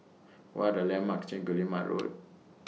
What Are The landmarks near Guillemard Road